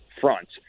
fronts